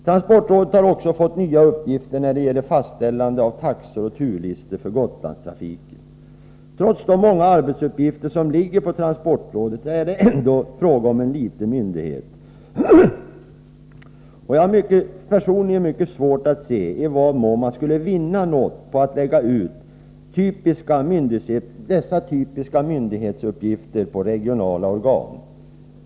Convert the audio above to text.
Transportrådet har även fått nya uppgifter när det gäller fastställande av taxor och turlistor för Gotlandstrafiken. Trots de många arbetsuppgifter som ligger på transportrådet är det ändå fråga om en liten myndighet. Jag har personligen mycket svårt att se i vad mån man skulle vinna något på att lägga ut dessa typiska myndighetsuppgifter på regionala organ.